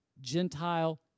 Gentile